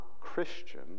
Christian